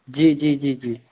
जी जी जी जी